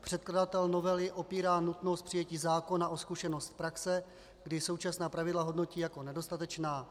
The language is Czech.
Předkladatel novely opírá nutnost přijetí zákona o zkušenost z praxe, kdy současná pravidla hodnotí jako nedostatečná.